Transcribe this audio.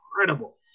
incredible